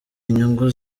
inyungu